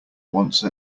once